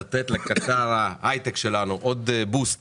לתת לקטר ההיי-טק שלנו עוד בוסט